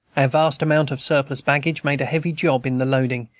our vast amount of surplus baggage made a heavy job in the loading,